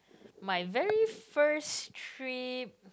my very first trip